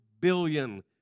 billion